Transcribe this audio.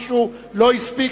לא הספקתי,